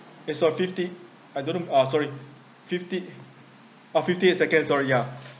it's on fifty I don't know uh sorry fifty ah fifty eight seconds sorry ya